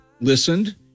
listened